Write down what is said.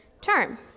term